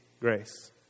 grace